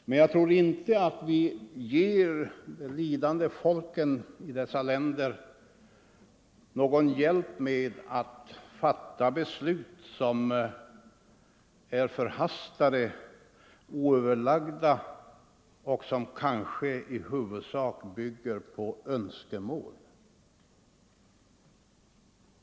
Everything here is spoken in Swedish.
Men jag tror inte att vi ger de lidande folken i dessa länder någon hjälp med att fatta beslut som är förhastade och oöverlagda och som kanske huvudsakligen bygger på önskemål.